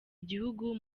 igihugu